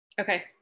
Okay